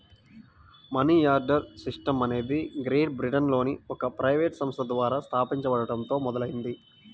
money order system అనేది great బ్రిటన్లోని ఒక ప్రైవేట్ సంస్థ ద్వారా స్థాపించబడటంతో మొదలైంది